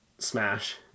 smash